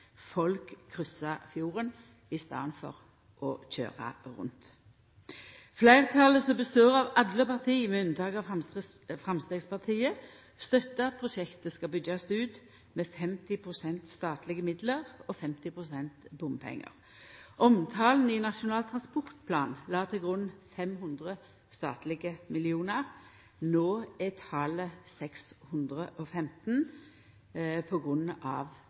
Folk kryssar fjorden i staden for å køyra rundt. Fleirtalet, som består av alle parti, med unntak av Framstegspartiet, støttar at prosjektet skal byggjast ut med 50 pst. statlege midlar og 50 pst. bompengar. Omtalen i Nasjonal transportplan la til grunn 500 statlege millionar, no er talet 615